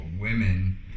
women